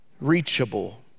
reachable